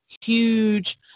huge